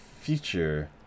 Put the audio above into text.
future